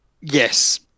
Yes